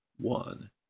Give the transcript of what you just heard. one